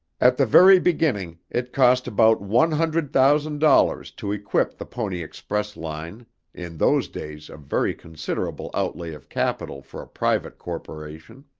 at the very beginning, it cost about one hundred thousand dollars to equip the pony express line in those days a very considerable outlay of capital for a private corporation.